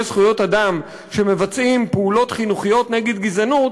זכויות אדם שמבצעים פעולות חינוכיות נגד גזענות,